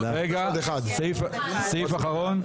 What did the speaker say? סעיף אחרון.